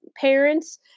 parents